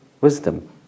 wisdom